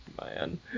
Man